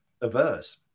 averse